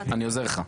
אני עוזר לך.